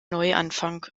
neuanfang